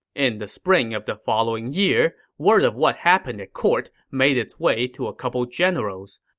in the spring of the following year, word of what happened at court made it way to a couple generals.